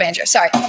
Sorry